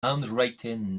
handwritten